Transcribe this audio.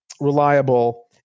reliable